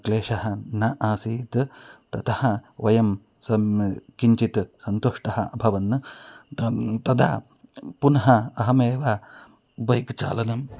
क्लेशः न आसीत् ततः वयं सं किञ्चित् सन्तुष्टः अभवन् तत् तदा पुनः अहमेव बैक् चालकस्य